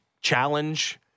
challenge